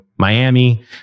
Miami